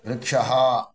वृक्षः